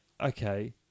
okay